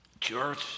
church